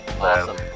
Awesome